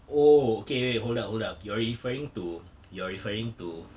oh okay wait hold up hold up you're referring to you're referring to